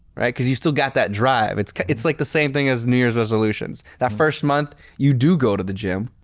right? because you still got that drive. it is like the same thing as new year's resolutions that first month you do go to the gym.